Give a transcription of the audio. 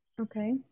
okay